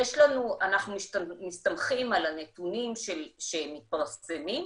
אנחנו מסתמכים על הנתונים שמתפרסמים,